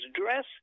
dress